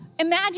Imagine